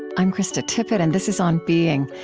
i'm krista tippett, and this is on being.